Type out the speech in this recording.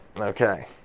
Okay